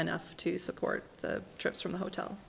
enough to support the troops from the hotel